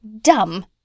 Dumb